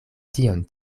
tion